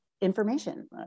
information